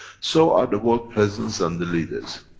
so are the world presidents and the leaders.